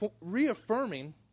reaffirming